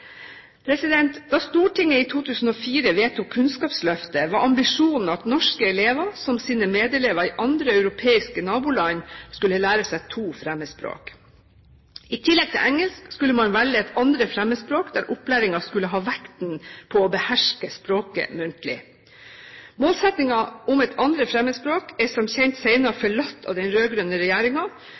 Da Stortinget i 2004 vedtok Kunnskapsløftet, var ambisjonen at norske elever, som sine medelever i andre europeiske naboland, skulle lære seg to fremmedspråk. I tillegg til engelsk skulle man velge et andre fremmedspråk der opplæringen skulle ha vekten på å beherske språket muntlig. Målsettingen om et andre fremmedspråk er som kjent senere forlatt av den